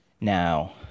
Now